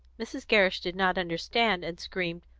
mrs. gerrish did not understand, and screamed,